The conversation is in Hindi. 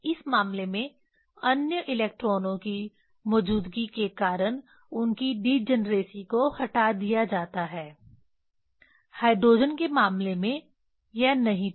इस मामले में अन्य इलेक्ट्रॉनों की मौजूदगी के कारण उनकी डिजनरेसी को हटा दिया जाता है हाइड्रोजन के मामले में यह नहीं था